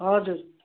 हजुर